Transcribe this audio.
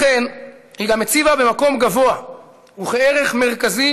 לכן היא גם הציבה במקום גבוה וכערך מרכזי